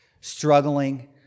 Struggling